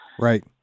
Right